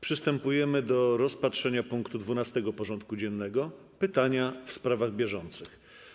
Przystępujemy do rozpatrzenia punktu 12. porządku dziennego: Pytania w sprawach bieżących.